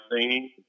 singing